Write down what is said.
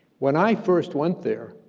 when i first went there,